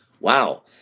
Wow